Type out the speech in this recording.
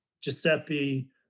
Giuseppe